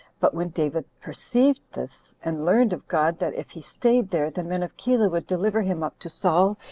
but when david perceived this, and learned of god that if he staid there the men of keilah would deliver him up to saul,